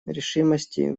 решимости